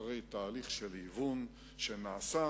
אחרי תהליך של היוון שנעשה,